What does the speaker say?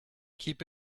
keep